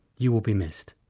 you will be missed.